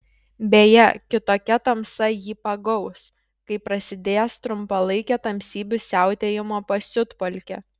beje kitokia tamsa jį pagaus kai prasidės trumpalaikė tamsybių siautėjimo pasiutpolkė